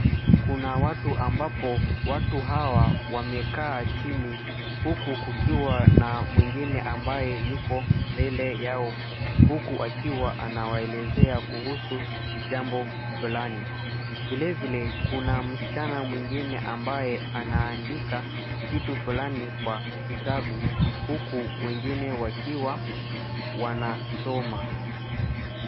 Kuna watu ambapo watu hawa wamekaa chini huku kukiwa na mwingine ambaye yuko mbele yao huku akiwa anawaelezea kuhusu jambo fulani. Vile vile kuna msichana mwingine ambaye anaandika kitu fulani kwa kitabu huku wengine wakiwa wanasoma.